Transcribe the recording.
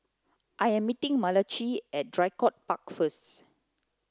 I am meeting Malachi at Draycott Park first